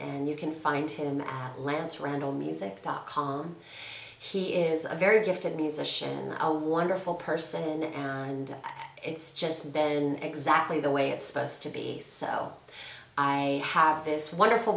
and you can find him at lance randall music dot com he is a very gifted musician and a wonderful person and it's just been exactly the way it's supposed to be so i have this wonderful